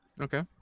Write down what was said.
Okay